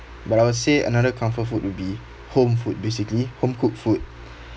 but I would say another comfort food to be home food basically home-cooked food